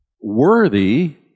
worthy